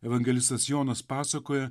evangelistas jonas pasakoja